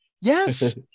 Yes